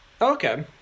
Okay